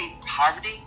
poverty